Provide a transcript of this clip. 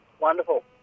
Wonderful